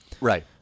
right